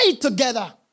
together